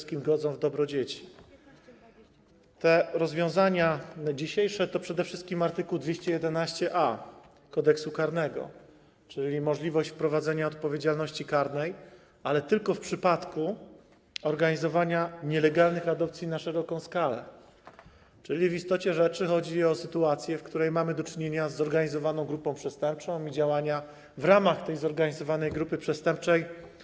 Te rozwiązania dzisiejsze to przede wszystkim art. 211a Kodeksu karnego, czyli możliwość wprowadzenia odpowiedzialności karnej, ale tylko w przypadku organizowania nielegalnych adopcji na szeroką skalę, czyli w istocie rzeczy chodzi o sytuacje, w których mamy do czynienia ze zorganizowaną grupą przestępczą i działaniami w ramach tej zorganizowanej grupy przestępczej.